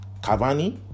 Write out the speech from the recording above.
Cavani